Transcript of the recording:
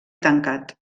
tancat